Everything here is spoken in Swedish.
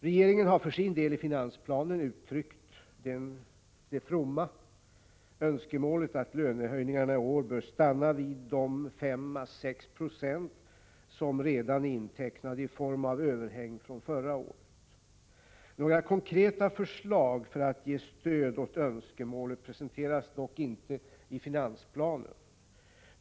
Regeringen har för sin del i finansplanen uttryckt det fromma önskemålet att lönehöjningarna i år bör stanna vid de 5-6 26 som redan är intecknade i form av överhäng från förra året. Några konkreta förslag för att ge stöd åt önskemålet presenteras dock inte i finansplanen.